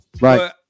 right